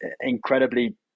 incredibly